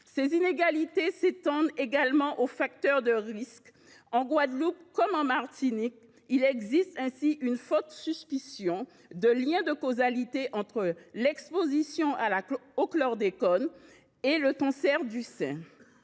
Ces inégalités s’étendent également aux facteurs de risque. En Guadeloupe comme en Martinique, il existe ainsi une forte suspicion de lien de causalité entre l’exposition au chlordécone et le cancer du sein.